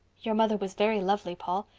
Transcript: your mother was very lovely, paul,